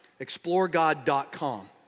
exploregod.com